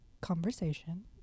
conversation